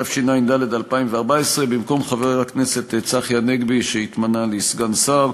התשע"ד 2014: במקום חבר הכנסת צחי הנגבי שהתמנה לסגן שר,